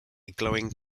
glowing